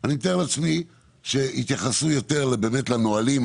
כי יתייחסו יותר לנהלים.